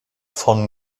von